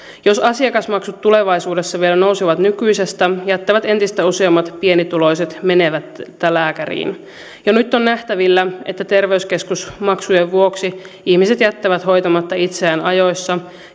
jos asiakasmaksut tulevaisuudessa vielä nousevat nykyisestä jättävät entistä useammat pienituloiset menemättä lääkäriin jo nyt on nähtävillä että terveyskeskusmaksujen vuoksi ihmiset jättävät hoitamatta itseään ajoissa